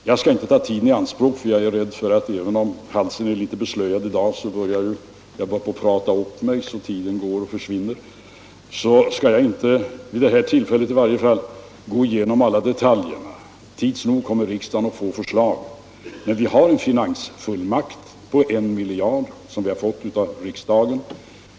Jag skall inte ta tiden i anspråk — jag är rädd för att jag, även om rösten är litet beslöjad i dag, börjar prata upp mig så att tiden försvinner — för att vid det här tillfället gå igenom alla detaljerna. Tids nog kommer riksdagen att få förslag. Men vi har en finansfullmakt på 1 miljard kronor som vi fått av riksdagen.